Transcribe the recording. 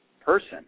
person